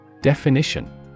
Definition